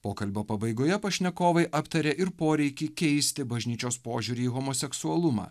pokalbio pabaigoje pašnekovai aptarė ir poreikį keisti bažnyčios požiūrį į homoseksualumą